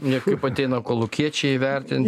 ne kaip ateina kolūkiečiai įvertint